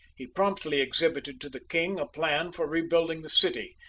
he promptly exhibited to the king a plan for rebuilding the city,